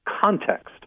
context